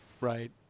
Right